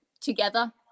together